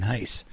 Nice